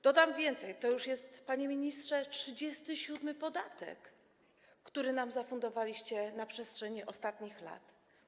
Dodam więcej, to już jest, panie ministrze, 37. podatek, który nam zafundowaliście na przestrzeni ostatnich lat.